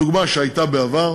דוגמה שהייתה בעבר: